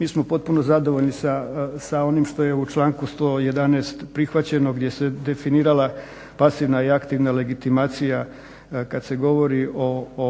Mi smo potpuno zadovoljni sa onim što je u članku 111. prihvaćeno, gdje se definirala pasivna i aktivna legitimacija kad se govori o